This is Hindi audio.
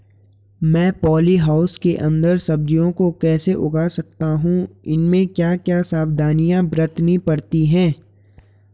मैं पॉली हाउस के अन्दर सब्जियों को कैसे उगा सकता हूँ इसमें क्या क्या सावधानियाँ बरतनी पड़ती है?